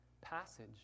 passage